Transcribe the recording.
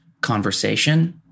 conversation